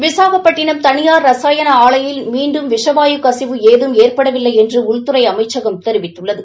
விசாகப்பட்டினம் தனியார் ரசாயன ஆலையில் மீண்டும் விஷ வாயு கசிவு ஏதும் ஏற்படவில்லை என்று உள்துறை அமைச்சகம் தெரிவித்துள்ளது